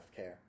healthcare